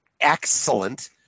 excellent